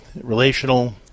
relational